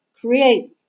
create